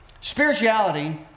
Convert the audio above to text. spirituality